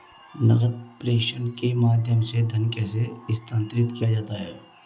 नकद प्रेषण के माध्यम से धन कैसे स्थानांतरित किया जाता है?